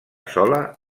sola